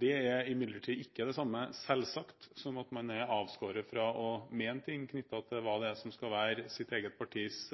Det er imidlertid ikke det samme – selvsagt – som at man er avskåret fra å mene ting om hva som skal være ens eget partis